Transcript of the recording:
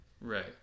Right